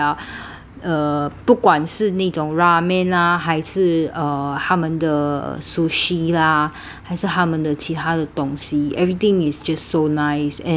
uh 不管是那种 ramen ah 还是 err 他们的 sushi lah 还是他们的其他的东西 everything is just so nice and